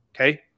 Okay